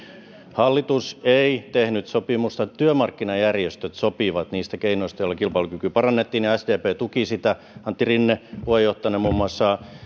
hallitus ei tehnyt sopimusta työmarkkinajärjestöt sopivat niistä keinoista joilla kilpailukykyä parannettiin ja sdp tuki sitä antti rinne puheenjohtajana muun muassa on